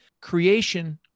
creation